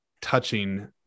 touching